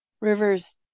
River's